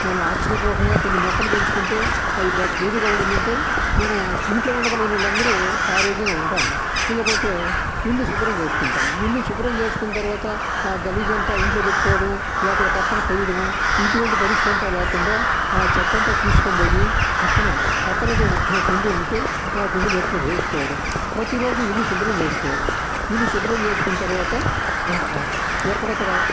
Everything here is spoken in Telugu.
మనం ఆక్సిజన్ రూపంగా కొన్ని మొక్కలు పెంచుకుంటే అవి బాగా క్లీన్గా ఉండిందంటే మనం ఇంట్లో ఉండగలిగిన వాళ్ళు అందరూ ఆరోగ్యంగా ఉంటాము ఇకపోతే ఇల్లు శుభ్రం చేసుకుంటాము ఇల్లు శుభ్రం చేసుకున్న తర్వాత ఆ గలీజ్ అంత ఇంట్లో పెట్టుకోవడము లేకుంటే పక్కన పోయడము ఇటువంటి పరిస్థితి అంతా లేకుండా ఆ చెత్తంతా తీసుకొని పోయి పక్కన పక్కన ఏదో కుండీ ఉంటే ఆ కుండీలో వేసుకోవడం ప్రతిరోజు ఇల్లు శుభ్రం చేసుకోవడం ఇల్లు శుభ్రం చేసుకున్న తర్వాత ఎక్కడెక్కడ